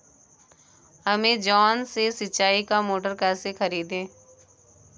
Amazon से सिंचाई का मोटर कैसे खरीदें?